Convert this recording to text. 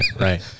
right